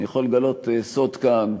אני יכול לגלות סוד כאן,